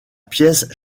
pièce